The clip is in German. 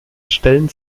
stellen